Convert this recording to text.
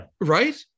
right